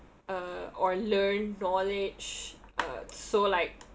uh or learn knowledge uh so like